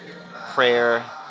prayer